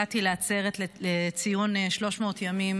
הגעתי לעצרת לציון 300 ימים